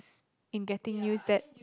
in getting use that